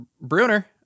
Bruner